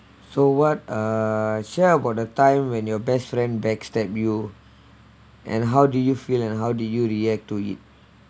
so what are share about the time when your best friend backstab you and how do you feel and how do you react to it